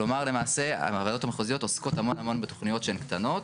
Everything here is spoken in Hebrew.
כלומר למעשה הוועדות המחוזיות עוסקות המון בתוכניות שהן קטנות.